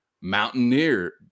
Mountaineer